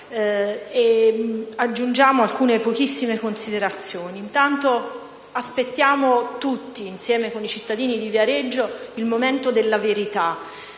e aggiungiamo pochissime considerazioni. Intanto aspettiamo tutti, insieme con i cittadini di Viareggio, il momento della verità.